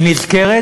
היא נזכרת,